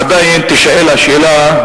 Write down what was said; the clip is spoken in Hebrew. עדיין תישאל השאלה,